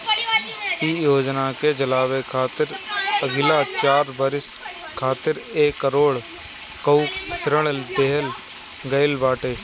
इ योजना के चलावे खातिर अगिला चार बरिस खातिर एक करोड़ कअ ऋण देहल गईल बाटे